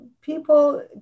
people